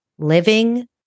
Living